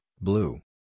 Blue